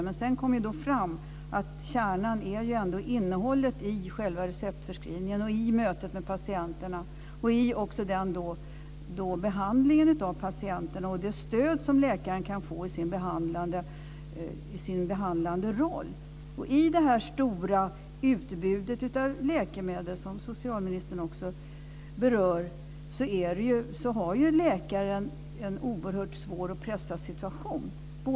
Men sedan kom det ändå fram att kärnan är innehållet i själva receptförskrivningen, mötet med patienterna, behandlingen av patienterna och det stöd som läkaren kan få i sin behandlande roll. I det stora utbudet av läkemedel, som socialministern också berör, har läkaren en oerhört svår och pressad situation.